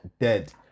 dead